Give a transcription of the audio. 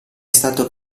stato